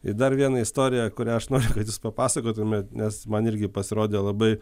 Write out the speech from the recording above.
ir dar viena istorija kurią aš noriu kad jūs papasakotumėt nes man irgi pasirodė labai